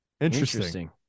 Interesting